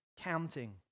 counting